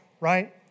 right